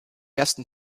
ersten